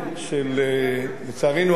לצערנו הרב,